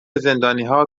زندانیها